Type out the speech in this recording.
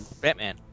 Batman